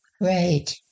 Right